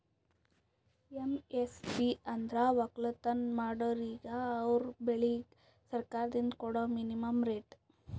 MSP ಅಂದ್ರ ವಕ್ಕಲತನ್ ಮಾಡೋರಿಗ ಅವರ್ ಬೆಳಿಗ್ ಸರ್ಕಾರ್ದಿಂದ್ ಕೊಡಾ ಮಿನಿಮಂ ರೇಟ್